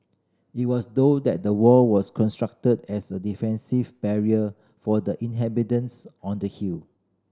it was though that the wall was constructed as a defensive barrier for the inhabitants on the hill